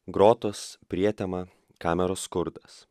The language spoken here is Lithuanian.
grotos prietema kameros skurdas